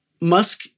Musk